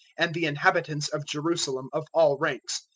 and the inhabitants of jerusalem of all ranks,